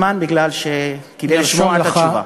קיצרתי בזמן כדי לשמוע את התשובה.